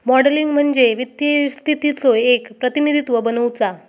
modelling म्हणजे वित्तीय स्थितीचो एक प्रतिनिधित्व बनवुचा